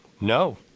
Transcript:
No